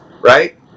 right